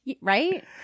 Right